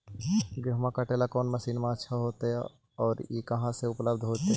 गेहुआ काटेला कौन मशीनमा अच्छा होतई और ई कहा से उपल्ब्ध होतई?